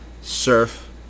Surf